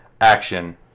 action